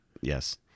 Yes